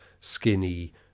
skinny